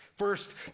First